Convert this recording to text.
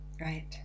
Right